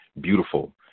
beautiful